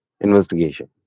investigation